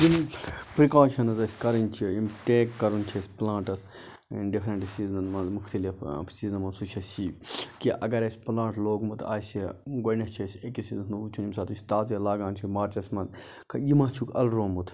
یِم پرٕکاشَنز اَسہِ کَرٕنۍ چھِ یِم ٹیک کَرُن چھُ اَسہِ پلانٹَس ڈِفرَنٹ سیٖزنَن مَنٛز مُختَلِف سیٖزنَن مَنٛز سُہ چھُ اَسہِ یی کہِ اگر اَسہِ پلانٹ لوگمُت آسہِ گۄڈنیٚتھ چھُ اسہِ أکِس سیٖزنَس مَنٛز وٕچھُن یمہِ ساتہٕ أسۍ تازے لاگان چھِ پارچَس مَنٛز یہِ ما چھُکھ ألروومُت